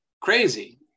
crazy